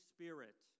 Spirit